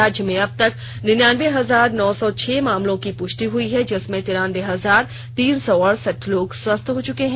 राज्य में अबतक निन्यानबे हजार नौ सौ छह मामलों की पुष्टि हुई है जिसमें तिरानबे हजार तीन सौ अड़सठ लोग स्वस्थ हो चुके हैं